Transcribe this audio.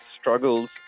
struggles